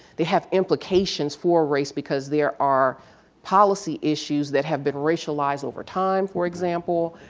they have implications for race because there are policy issues that have been racialized over time, for example,